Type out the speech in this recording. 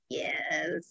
yes